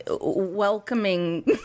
welcoming